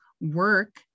work